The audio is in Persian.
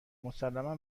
مسلما